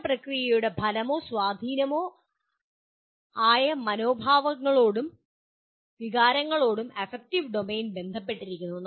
പഠന പ്രക്രിയയുടെ ഫലമോ സ്വാധീനമോ ആയ മനോഭാവങ്ങളോടും വികാരങ്ങളോടും അഫക്റ്റീവ് ഡൊമെയ്ൻ ബന്ധപ്പെട്ടിരിക്കുന്നു